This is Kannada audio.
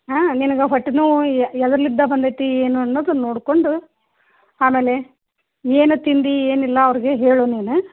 ಹಾಂ ನಿನಗೆ ಹೊಟ್ಟೆ ನೋವು ಯಾದರಿಂದ ಬಂದೈತಿ ಏನು ಅನ್ನೋದು ನೋಡಿಕೊಂಡು ಆಮೇಲೆ ಏನು ತಿಂದೆ ಏನಿಲ್ಲ ಅವ್ರಿಗೆ ಹೇಳು ನೀನು